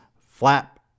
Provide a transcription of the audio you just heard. flap